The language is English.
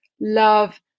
love